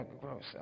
gross